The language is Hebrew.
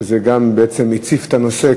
וזה גם הציף את הנושא,